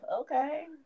Okay